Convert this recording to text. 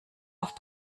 auf